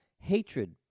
hatred